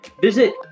visit